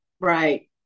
Right